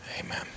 Amen